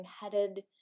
headed